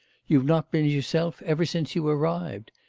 you've not been yourself ever since you arrived.